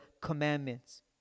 commandments